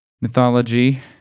mythology